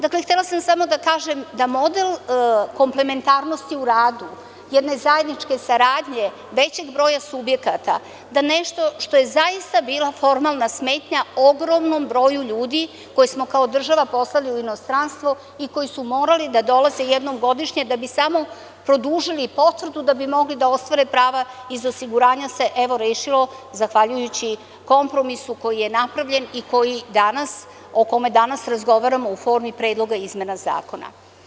Dakle, htela sam samo da kažem da model komplementarnosti u radu jedne zajedničke saradnje većeg broja subjekata da nešto što je zaista bila formalna smetnja ogromnom broju ljudi, koje smo kao država poslali u inostranstvo i koji su morali da dolaze jednom godišnje da bi samo produžili potvrdu da bi mogli da ostvare prava iz osiguranja se evo rešilo zahvaljujući kompromisu koji je napravljen o kome danas razgovaramo u formi predloga izmena zakona.